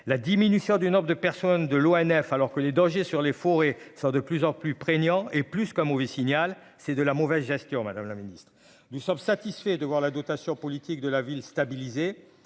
la diminution du nombre de personnes de l'ONF, alors que les dangers sur les forêts sont de plus en plus prégnant et plus qu'un mauvais signal. C'est de la mauvaise gestion, Madame la Ministre, nous sommes satisfaits de voir la dotation politique de la ville stabiliser